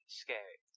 scary